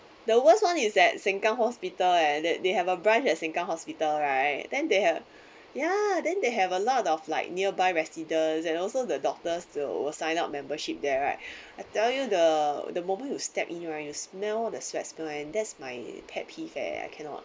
the worst one is at Sengkang hospital eh that they have a branch at Sengkang hospital right then they have ya then they have a lot of like nearby residents and also the doctors they'll sign up membership there right I tell you the the moment you step in right you smell the sweat smell and that's my pet peeve eh I cannot